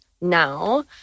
now